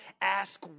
ask